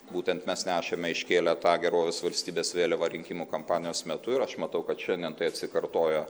būtent mes nešėme iškėlę tą gerovės valstybės vėliavą rinkimų kampanijos metu ir aš matau kad šiandien tai atsikartoja